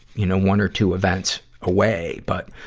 you know, one or two events away. but,